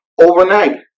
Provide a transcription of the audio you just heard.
overnight